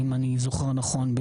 אני זוכר נכון,